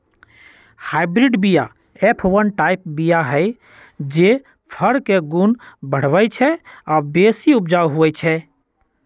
hybrid बीया F one type बीया हई जे फर के गुण बढ़बइ छइ आ बेशी उपजाउ होइ छइ